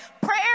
Prayer